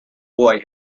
boy